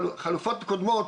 החלופות הקודמות,